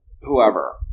whoever